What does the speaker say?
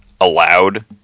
allowed